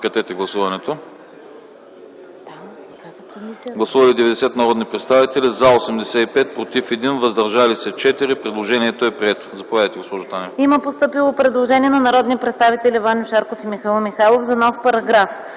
на гласуване. Гласували 90 народни представители: за 85, против 1, въздържали се 4. Предложението е прието. ДОКЛАДЧИК ДЕСИСЛАВА ТАНЕВА: Има постъпило предложение на народните представители Ваньо Шарков и Михаил Михайлов за нов параграф: